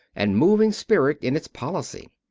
and moving spirit in its policy.